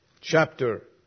chapter